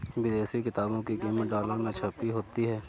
विदेशी किताबों की कीमत डॉलर में छपी होती है